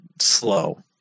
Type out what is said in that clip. slow